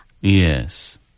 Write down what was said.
Yes